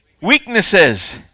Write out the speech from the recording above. weaknesses